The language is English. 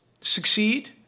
succeed